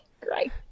great